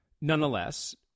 Nonetheless